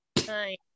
Hi